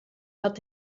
hat